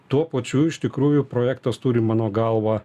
tuo pačiu iš tikrųjų projektas turi mano galva